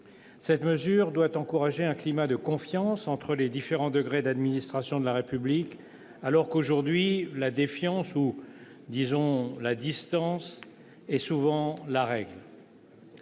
Cette mesure doit encourager un climat de confiance entre les différents degrés d'administration de la République, alors qu'aujourd'hui la défiance, ou disons la distance, est souvent la règle.